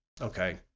okay